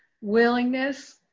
willingness